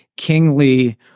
Kingly